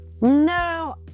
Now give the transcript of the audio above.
No